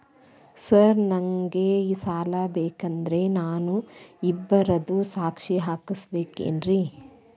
Sir ನನಗೆ ಸಾಲ ಬೇಕಂದ್ರೆ ನಾನು ಇಬ್ಬರದು ಸಾಕ್ಷಿ ಹಾಕಸಬೇಕೇನ್ರಿ?